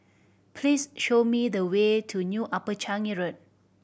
please show me the way to New Upper Changi Road